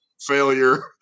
failure